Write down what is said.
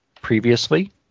previously